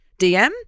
dm